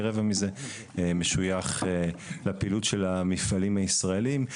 כרבע מזה משויך לפעילות של המפעלים הישראלים,